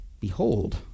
Behold